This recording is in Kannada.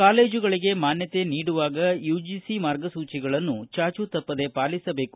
ಕಾಲೇಜುಗಳಿಗೆ ಮಾನ್ಯಕೆ ನೀಡುವಾಗ ಯುಜಿಸಿ ಮಾರ್ಗಸೂಚಿಗಳನ್ನು ಚಾಚೂ ತಪ್ಪದೇ ಪಾಲಿಸಬೇಕು